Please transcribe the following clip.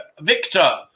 Victor